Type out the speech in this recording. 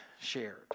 shared